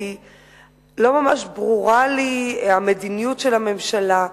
כי לא ממש ברורה לי המדיניות של הממשלה,